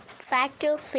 factor